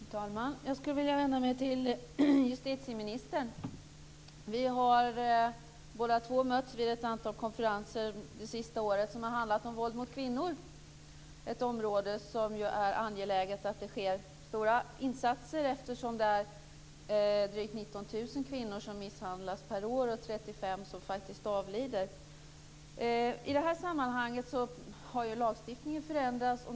Fru talman! Jag skulle vilja vända mig till justitieministern. Vi två har det senaste året mötts vid ett antal konferenser som har handlat om våld mot kvinnor - ett område på vilket det är angeläget att det sker stora insatser eftersom det är drygt 19 000 kvinnor som misshandlas per år och 35 kvinnor som faktiskt avlider. På detta område har lagstiftningen förändrats.